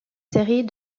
séries